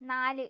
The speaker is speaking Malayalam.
നാല്